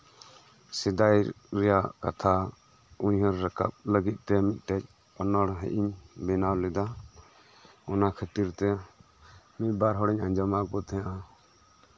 ᱥᱮᱫᱟᱭ ᱨᱮᱭᱟᱜ ᱠᱟᱛᱷᱟ ᱩᱭᱦᱟᱹᱨ ᱨᱟᱠᱟᱵ ᱞᱟᱹᱜᱤᱫ ᱛᱮ ᱢᱤᱫᱴᱮᱱ ᱚᱱᱚᱬᱦᱮᱸ ᱤᱧ ᱵᱮᱱᱣ ᱞᱮᱫᱟ ᱚᱱᱟ ᱠᱷᱟᱹᱛᱤᱨ ᱛᱮ ᱢᱤᱫᱼᱵᱟᱨ ᱦᱚᱲᱤᱧ ᱟᱸᱡᱚᱢᱟᱠᱟᱫ ᱠᱚᱣᱟ